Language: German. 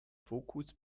focus